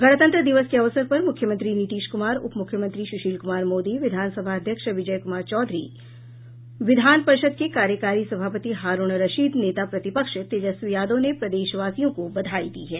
गणतंत्र दिवस के अवसर पर मुख्यमंत्री नीतीश कुमार उप मुख्यमंत्री सुशील कुमार मोदी विधानसभा अध्यक्ष विजय कुमार चौधरी विधान परिषद के कार्यकारी सभापति हारूण रशीद नेता प्रतिपक्ष तेजस्वी यादव ने प्रदेश वासियों को बधाई दी है